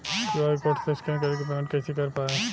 QR code से scan कर के पेमेंट कइसे कर पाएम?